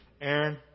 Aaron